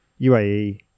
UAE